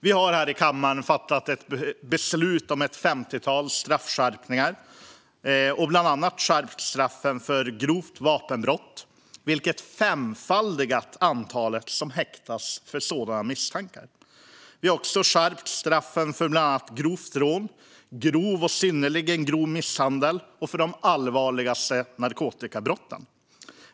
Vi har här i kammaren fattat beslut om ett femtiotal straffskärpningar och bland annat skärpt straffet för grovt vapenbrott, vilket har femfaldigat antalet som häktas på sådana misstankar. Vi har också skärpt straffen för bland annat grovt rån, för grov och synnerligen grov misshandel och för de allvarligaste narkotikabrotten.